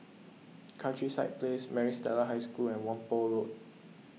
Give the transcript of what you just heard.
Countryside Place Maris Stella High School and Whampoa Road